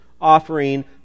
offering